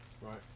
right